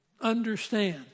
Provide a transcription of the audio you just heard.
Understand